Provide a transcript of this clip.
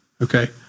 Okay